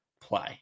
play